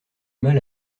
mal